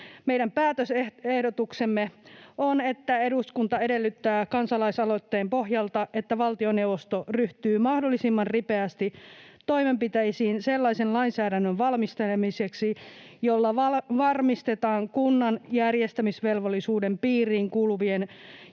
Meidän päätösehdotuksemme on: ”Eduskunta edellyttää kansalaisaloitteen pohjalta, että valtioneuvosto ryhtyy mahdollisimman ripeästi toimenpiteisiin sellaisen lainsäädännön valmistelemiseksi, jolla varmistetaan kunnan järjestämisvelvollisuuden piiriin kuuluvien julkisomisteisten